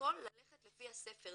"הכל ללכת לפי הספר,